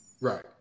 Right